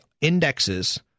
indexes